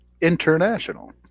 international